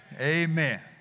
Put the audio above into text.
Amen